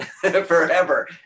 forever